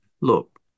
look